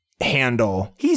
handle